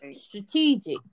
Strategic